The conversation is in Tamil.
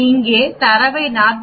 இங்கே தரவை 40